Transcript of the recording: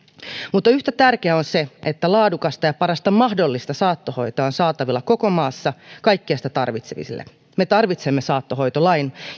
mutta yhtä tärkeää on se että laadukasta ja parasta mahdollista saattohoitoa on saatavilla koko maassa kaikille sitä tarvitseville me tarvitsemme saattohoitolain